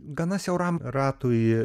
gana siauram ratui